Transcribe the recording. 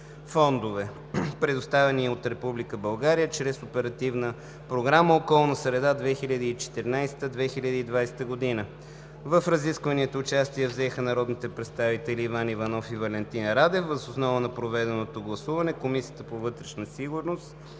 предоставени от Република България чрез Оперативна програма „Околна среда 2014 – 2020 г.“ В разискванията взеха участие народните представители Иван Иванов и Валентин Радев. Въз основа на проведеното гласуване Комисията по вътрешна сигурност